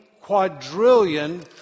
quadrillion